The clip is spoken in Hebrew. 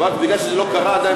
הוא אמר שמכיוון שזה לא קרה עדיין,